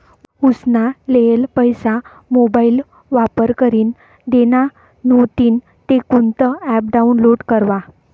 उसना लेयेल पैसा मोबाईल वापर करीन देना व्हतीन ते कोणतं ॲप डाऊनलोड करवा?